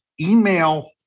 email